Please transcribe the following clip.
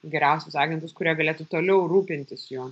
geriausius agentus kurie galėtų toliau rūpintis jo